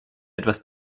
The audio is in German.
etwas